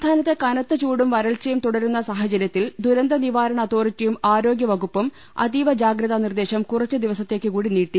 സംസ്ഥാനത്ത് കനത്ത ചൂടും വരൾച്ചയും തുടരുന്ന സാഹ ചരൃത്തിൽ ദുരന്ത നിവാരണ അതോറിറ്റിയും ആരോഗ്യവകുപ്പും അതീവ ജാഗ്രതാ നിർദേശം കുറച്ചുദിവസത്തേക്കുകൂടി നീട്ടി